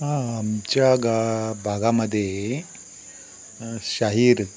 हां आमच्या गा भागामध्ये शाहीर